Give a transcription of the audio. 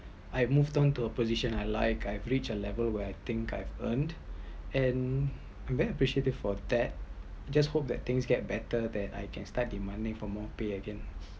I move on to a position I like I reached the level where I think I earned and I’m very appreciative for that just hope that things get better then I can start demanding for more pay again